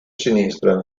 sinistra